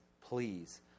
please